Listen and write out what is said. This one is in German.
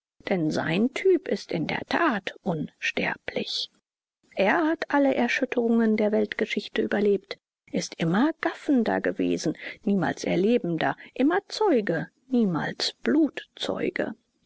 denn sein typ ist in der tat unsterblich er hat alle erschütterungen der weltgeschichte überlebt ist immer gaffender gewesen niemals erlebender immer zeuge niemals